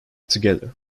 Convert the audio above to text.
together